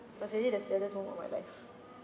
was really the saddest moment of my life